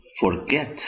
forget